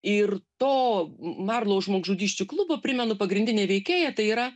ir to marlou žmogžudysčių klubo primenu pagrindinė veikėja tai yra